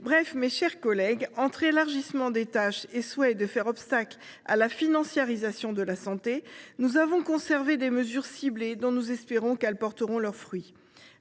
Bref, mes chers collègues, entre élargissement des tâches et souhait de faire obstacle à la financiarisation de la santé, nous avons conservé des mesures ciblées dont nous espérons qu’elles porteront leurs fruits.